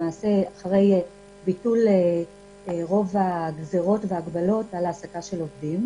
למעשה אחרי ביטול רוב הגזרות וההגבלות על ההעסקה של עובדים.